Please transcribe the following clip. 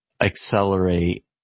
accelerate